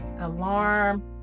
Alarm